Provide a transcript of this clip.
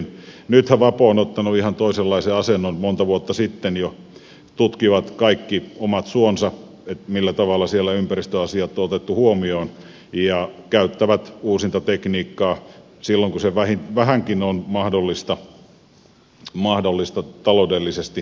nythän vapo on ottanut ihan toisenlaisen asennon monta vuotta sitten jo tutkivat kaikki omat suonsa millä tavalla siellä ympäristöasiat on otettu huomioon ja käyttävät uusinta tekniikkaa silloin kun se vähänkin on mahdollista taloudellisesti käyttöön ottaa